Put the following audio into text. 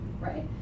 right